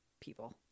people